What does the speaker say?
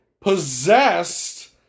possessed